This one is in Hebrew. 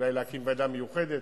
אולי להקים ועדה מיוחדת,